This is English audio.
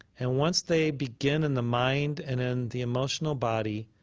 and once they begin in the mind and in the emotional body,